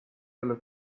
olla